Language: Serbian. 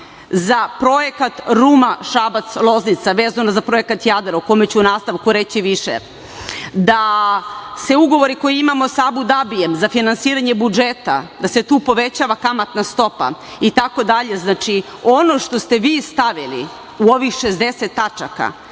za projekat Ruma-Šabac-Loznica, vezano za Projekat „Jadar“, o kome ću u nastavku reći više, da se ugovori koje imamo sa Abu Dabijem za finansiranje budžeta, da se tu povećava kamatna stopa itd. Znači, ono što ste vi stavili u ovih 60 tačaka